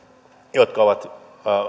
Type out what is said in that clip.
jotka ovat